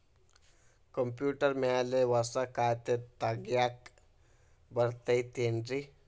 Computer ಮ್ಯಾಲೆ ಹೊಸಾ ಖಾತೆ ತಗ್ಯಾಕ್ ಬರತೈತಿ ಏನ್ರಿ?